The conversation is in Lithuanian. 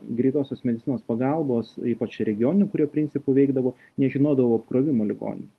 greitosios medicinos pagalbos ypač regioninių kurio principu veikdavo nežinodavo apkrovimo ligoninių